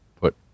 put